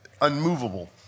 unmovable